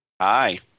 Hi